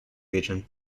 region